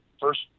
first